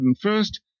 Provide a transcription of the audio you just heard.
first